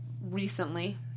recently